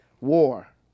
War